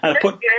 put